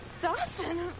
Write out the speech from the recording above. Dawson